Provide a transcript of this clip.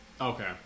Okay